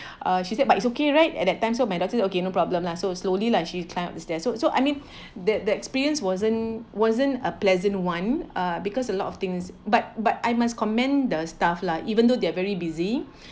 uh she said but it's okay right at that time so my daughter okay no problem lah so slowly lah she climb up the stair so so I mean that the experience wasn't wasn't a pleasant [one] uh because a lot of things but but I must commend the staff lah even though they are very busy